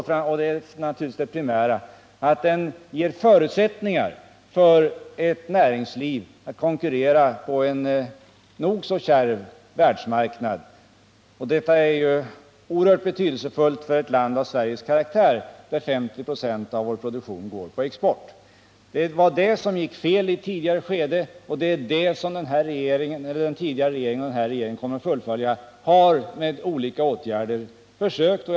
Vidare skall den ge förutsättningar för näringslivet, och det är naturligtvis det primära, att konkurrera på en nog så kärv världsmarknad. Detta är oerhört betydelsefullt för ett land med Sveriges karaktär, där 50 26 av produktionen exporteras. Det var det som i ett tidigare skede slog fel, och det är det den förra regeringen och den här regeringen med olika åtgärder har försökt rätta till.